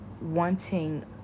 wanting